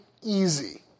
easy